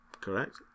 Correct